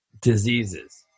diseases